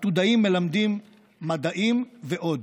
"עתודאים מלמדים מדעים" ועוד,